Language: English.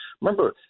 Remember